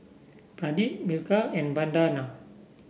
Pradip Milkha and Vandana